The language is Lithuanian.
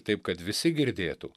taip kad visi girdėtų